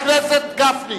גפני,